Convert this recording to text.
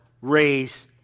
raise